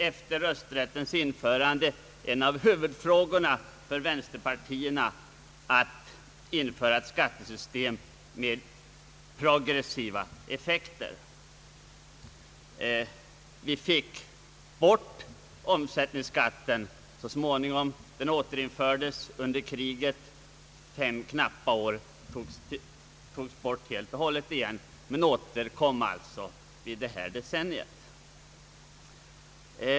Efter rösträttens införande blev det en av huvuduppgifterna för vänsterpartierna att införa ett skattesystem med progressiva effekter. Vi fick bort omsättningsskatten så småningom, den återinfördes under andra världskriget för knappt fem år, togs bort igen men återkom alltså undet detta decennium.